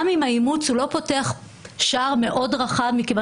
גם אם האימוץ לא פותח שער מאוד רחב מכיוון